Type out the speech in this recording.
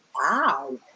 Wow